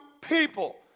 people